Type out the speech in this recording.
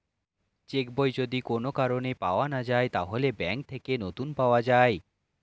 check বই যদি কোন কারণে পাওয়া না যায়, তাহলে ব্যাংক থেকে নতুন পাওয়া যায়